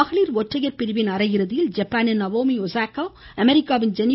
மகளிர் ஒந்றையர் பிரிவில் அரையிறுதியில் ஜப்பானின் நவோமி ஒஸாகா அமெரிக்காவின் ஜெனி